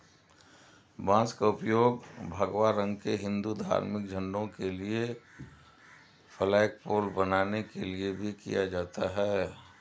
बांस का उपयोग भगवा रंग के हिंदू धार्मिक झंडों के लिए फ्लैगपोल बनाने के लिए भी किया जाता है